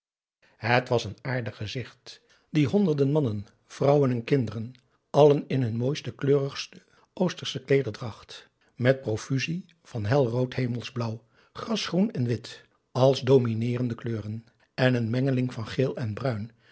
het was n aardig gezicht die honderden mannen vrouwen en kinderen allen in hun mooiste kleurigste oostersche kleederdracht met profusie van helrood hemelsblauw grasgroen en wit als domineerende kleuren en een mengeling van geel en bruin